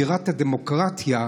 בירת הדמוקרטיה,